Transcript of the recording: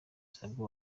zihabwa